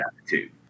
attitude